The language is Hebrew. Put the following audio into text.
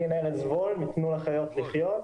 אני מ"תנו לחיות לחיות".